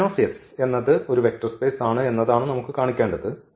span of S എന്നത് ഒരു vector space ആണ് എന്നതാണ് നമുക്ക് കാണിക്കേണ്ടത്